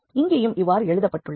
இங்கேயும் இவ்வாறு எழுதப்பட்டுள்ளன